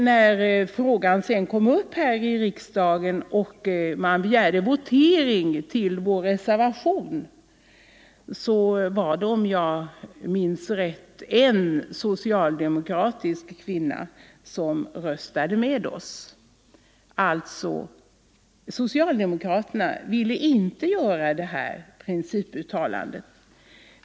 När frågan sedan kom upp i kammaren och votering begärdes med anledning av vår reservation var det, om jag minns rätt, endast en socialdemokratisk kvinna som röstade med oss. Socialdemokraterna ville alltså inte göra detta principuttalande.